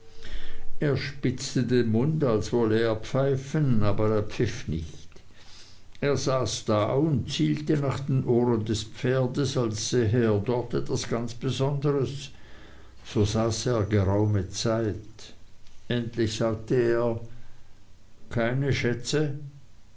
er spitzte den mund als wollte er pfeifen aber er pfiff nicht er saß da und zielte nach den ohren des pferdes als sähe er dort etwas ganz besonderes so saß er eine geraume zeit endlich sagte er keine schätze